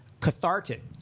cathartic